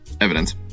Evidence